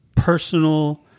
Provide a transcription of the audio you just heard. Personal